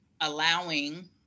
allowing